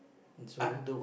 and so